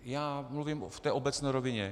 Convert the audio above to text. Já mluvím v té obecné rovině.